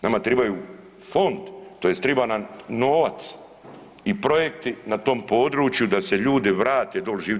Nama tribaju fond tj. triba nam novac i projekti na tom području da se ljudi vrate doli živit.